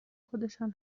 خودشان